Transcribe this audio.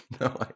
no